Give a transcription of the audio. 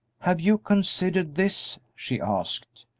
have you considered this? she asked.